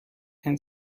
and